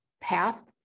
path